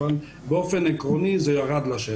אבל באופן עקרוני זה ירד לשטח.